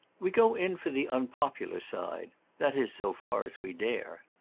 we go in for the unpopular side that is so far as we dare.